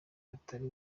hatari